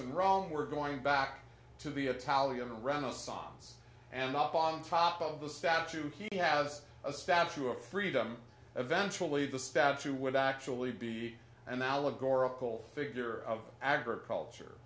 and wrong we're going back to the italian renaissance and up on top of the statue he has a statue of freedom eventually the statue would actually be an allegorical figure of agriculture